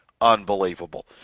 unbelievable